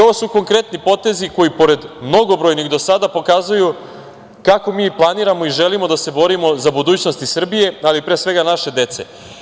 Ovo su konkretni potezi koji i pored mnogobrojnih do sada pokazuju kako mi planiramo i želimo da se borimo za budućnost i Srbije, ali pre svega naše dece.